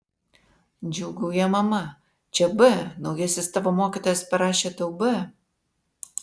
džiūgauja mama čia b naujasis tavo mokytojas parašė tau b